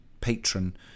patron